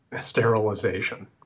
sterilization